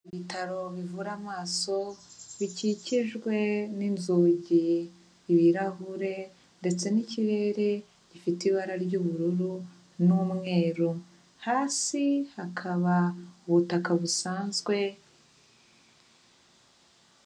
Ibitaro bivura amaso bikikijwe n'inzugi, ibirahure ndetse n'ikirere gifite ibara ry'ubururu n'umweru. Hasi hakaba ubutaka busanzwe.